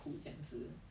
try